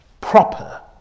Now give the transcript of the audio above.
proper